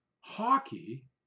hockey